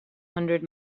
hundred